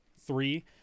three